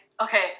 okay